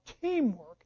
teamwork